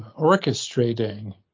orchestrating